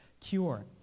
cure